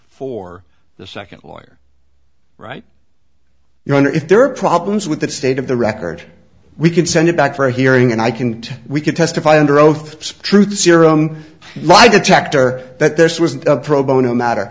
for the second lawyer right your honor if there are problems with that state of the record we can send it back for a hearing and i can we can testify under oath truth serum lie detector that this was a pro bono matter